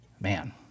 man